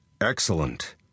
Excellent